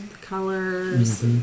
colors